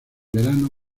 veranos